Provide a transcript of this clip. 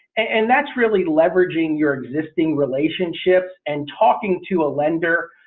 and that's really leveraging your existing relationships and talking to a lender.